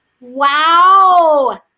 Wow